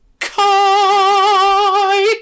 Kai